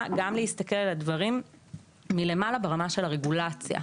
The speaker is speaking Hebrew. גם להסתכל על הדברים מלמעלה ברמה של הרגולציה.